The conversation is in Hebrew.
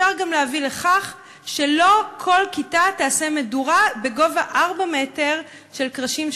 אפשר גם להביא לכך שלא כל כיתה תעשה מדורה בגובה 4 מטר של קרשים,